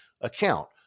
account